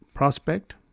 prospect